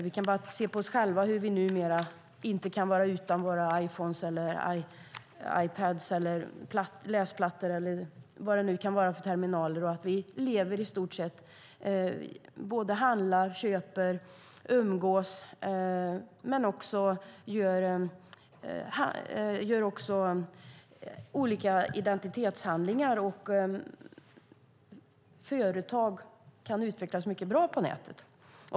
Vi kan bara se på oss själva, hur vi inte kan vara utan vår Iphone, Ipad, läsplatta eller vilken terminal det nu kan vara. Vi lever i stort sett med detta - vi handlar, köper och umgås, och vi använder olika identitetshandlingar. Företag kan utvecklas mycket bra på nätet.